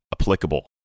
applicable